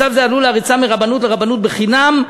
מצב זה עלול להריצם מרבנות לרבנות לחינם,